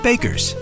Bakers